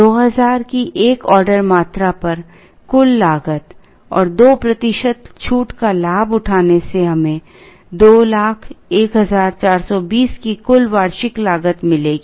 2000 की एक ऑर्डर मात्रा पर कुल लागत और 2 प्रतिशत छूट का लाभ उठाने से हमें 201420 की कुल वार्षिक लागत मिलेगी